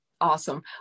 awesome